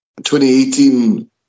2018